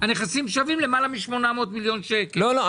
לא, לא.